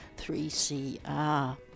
3CR